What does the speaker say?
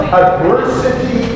adversity